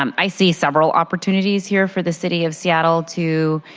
um i see several opportunities here for the city of seattle to